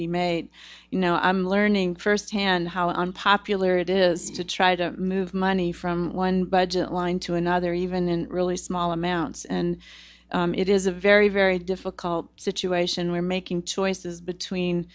be made you know i'm learning firsthand how unpopular it is to try to move money from one budget line to another even in really small amounts and it is a very very difficult situation we're making choices between